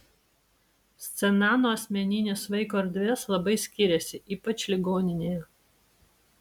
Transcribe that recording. scena nuo asmeninės vaiko erdvės labai skiriasi ypač ligoninėje